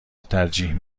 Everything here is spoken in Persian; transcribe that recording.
ترجیح